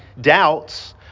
doubts